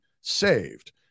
saved